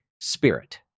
Spirit